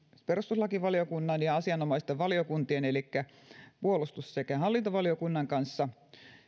perustuslakivaliokunnan kuin asianomaisten valiokuntien elikkä puolustus sekä hallintovaliokunnan kanssa